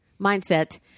mindset